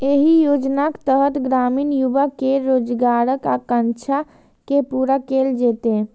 एहि योजनाक तहत ग्रामीण युवा केर रोजगारक आकांक्षा के पूरा कैल जेतै